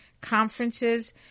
conferences